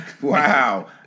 wow